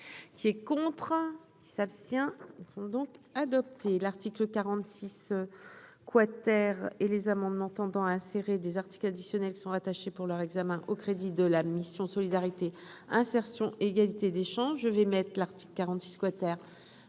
qui est contre, s'abstient. Donc adopté l'article 46 quater et les amendements tendant à insérer des articles additionnels sont attachés, pour leur examen aux crédits de la mission Solidarité, insertion et égalité des chances, je vais mettre l'article 46 quater